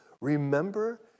Remember